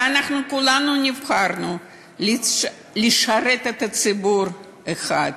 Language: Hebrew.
ואנחנו כולנו נבחרנו לשרת ציבור אחד,